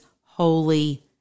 holy